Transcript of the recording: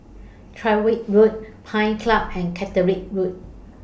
Tyrwhitt Road Pines Club and Catterick Road